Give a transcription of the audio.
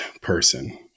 person